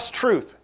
truth